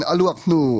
Aluaknu